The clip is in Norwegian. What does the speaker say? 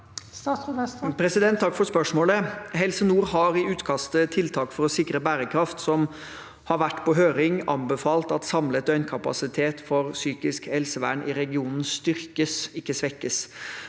Takk for spørsmålet. Helse nord har i utkastet «Tiltak for å sikre bærekraft», som har vært på høring, anbefalt at samlet døgnkapasitet for psykisk helsevern i regionen styrkes, ikke svekkes.